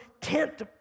tent